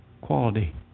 quality